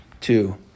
two